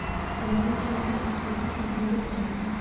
रजनीगंधा के खेती से ढेरे कमाई बा